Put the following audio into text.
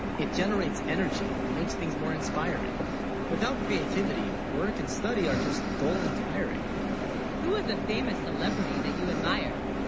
it generates energy, and makes things more inspiring without creativity work, and study are just dull and tiring who is a famous celebrity that you admire